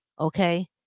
okay